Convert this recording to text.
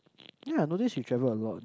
ya I notice you travel a lot